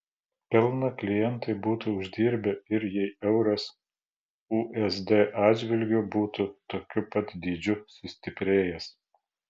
pelną klientai būtų uždirbę ir jei euras usd atžvilgiu būtų tokiu pat dydžiu sustiprėjęs